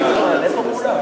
הוא מסכים.